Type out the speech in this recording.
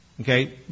okay